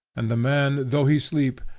and the man, though he sleep,